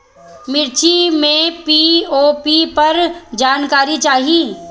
मिर्च मे पी.ओ.पी पर जानकारी चाही?